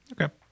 Okay